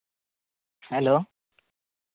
hello